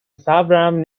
صبرم